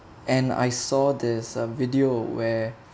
and I saw uh this video where